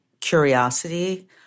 curiosity